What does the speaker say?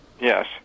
Yes